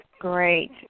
Great